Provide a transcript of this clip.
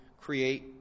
create